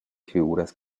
figuras